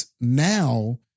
now